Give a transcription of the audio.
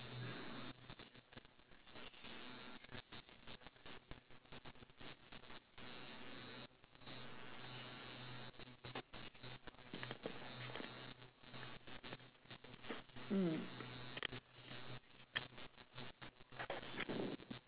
mm